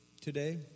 today